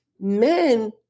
men